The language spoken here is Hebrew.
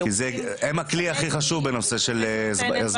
הם הכלי הכי חשוב בנושא של הסברה.